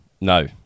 No